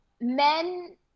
men